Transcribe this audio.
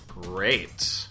Great